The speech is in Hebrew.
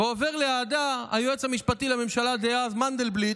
ועובר לידה היועץ המשפטי לממשלה דאז מנדלבליט,